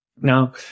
Now